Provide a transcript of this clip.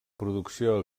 producció